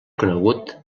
conegut